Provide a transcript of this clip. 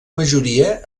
majoria